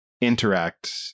interact